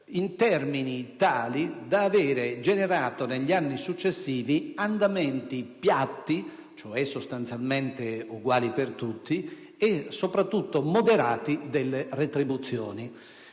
in termini tali da aver generato, negli anni successivi, andamenti piatti (cioè, sostanzialmente uguali per tutti) e soprattutto moderati delle retribuzioni.